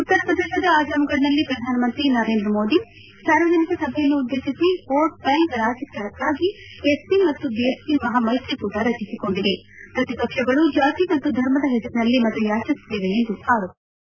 ಉತ್ತರ ಪ್ರದೇಶದ ಅಜಾಂಗಢ್ನಲ್ಲಿ ಪ್ರಧಾನಮಂತ್ರಿ ನರೇಂದ್ರ ಮೋದಿ ಸಾರ್ವಜನಿಕ ಸಭೆಯನ್ನುದ್ದೇಶಿಸಿ ವೋಟ್ ಬ್ಲಾಂಕ್ ರಾಜಕೀಯಕ್ನಾಗಿ ಎಸ್ಪಿ ಮತ್ತು ಬಿಎಸ್ಪಿ ಮಹಾಮೈತ್ರಿಕೂಟ ರಚಿಸಿಕೊಂಡಿದೆ ಪ್ರತಿಪಕ್ಷಗಳು ಜಾತಿ ಮತ್ತು ಧರ್ಮದ ಹೆಸರಿನಲ್ಲಿ ಮತಯಾಚಿಸುತ್ತಿವೆ ಎಂದು ಆರೋಪಿಸಿದ್ದಾರೆ